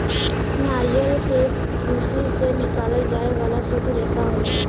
नरियल के भूसी से निकालल जाये वाला सुद्ध रेसा होला